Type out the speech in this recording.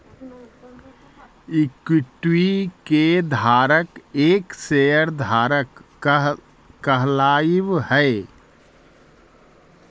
equity के धारक एक शेयर धारक कहलावऽ हइ